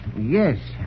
yes